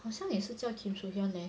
好像也是叫 kim so-hyun leh